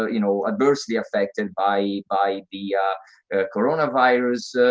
ah you know, adversely affected by the coronavirus